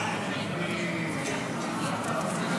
אדוני היושב-ראש,